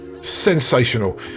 sensational